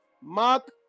Mark